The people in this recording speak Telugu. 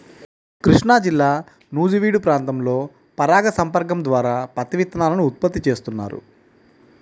కృష్ణాజిల్లా నూజివీడు ప్రాంతంలో పరాగ సంపర్కం ద్వారా పత్తి విత్తనాలను ఉత్పత్తి చేస్తున్నారు